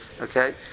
Okay